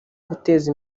guteza